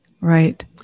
Right